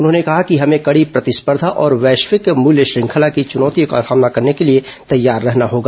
उन्होंने कहा कि हमें कडी प्रतिस्पर्धा और वैश्विक मुल्य श्रृंखला की चुनौतियों का सामना करने के लिए तैयार रहना होगा